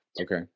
Okay